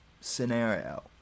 scenario